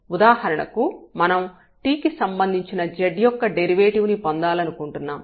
ఉదాహరణకు మనం t కి సంబంధించిన z యొక్క డెరివేటివ్ ని పొందాలనుకుంటున్నాము